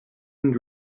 and